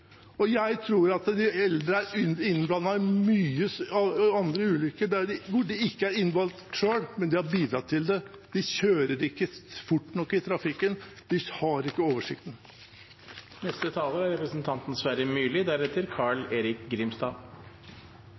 Jeg tror at de eldre er innblandet i ulykker der de ikke er involvert selv, men har bidratt til det. De kjører ikke fort nok i trafikken. De har ikke oversikten.